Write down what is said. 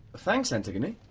thanks, antigone.